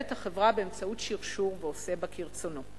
את החברה באמצעות שרשור ועושה בה כרצונו.